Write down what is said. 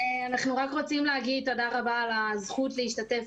אנחנו רק רוצים להגיד תודה רבה על הזכות להשתתף